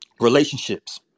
relationships